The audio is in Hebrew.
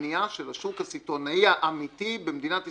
הבנייה של השוק הסיטונאי האמיתי במדינת ישראל,